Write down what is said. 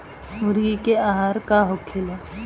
मुर्गी के आहार का होखे?